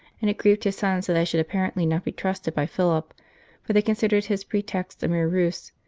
and it grieved his sons that they should apparently not be trusted by philip for they considered his pre text a mere ruse,